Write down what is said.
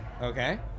okay